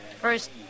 First